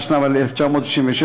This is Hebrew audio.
התשנ"ו,1996,